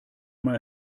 mal